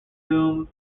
doom